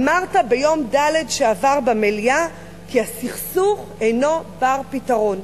אמרת ביום רביעי שעבר במליאה כי הסכסוך אינו בר-פתרון.